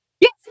Yes